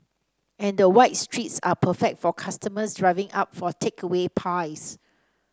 and the wide streets are perfect for customers driving up for takeaway pies